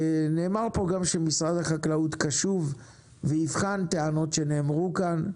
נאמר פה גם שמשרד החקלאות קשוב ויבחן טענות שנאמרו כאן.